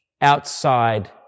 outside